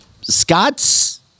Scott's